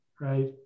right